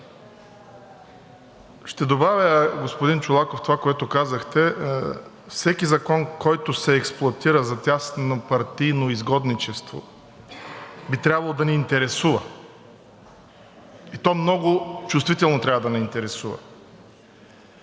Ще добавя, господин Чолаков, това, което казахте, всеки закон, който се експлоатира за тяснопартийно изгодничество, би трябвало да ни интересува, и то много чувствително трябва да ни интересува.